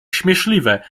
śmieszliwe